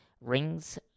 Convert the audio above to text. rings